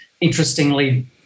interestingly